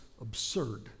absurd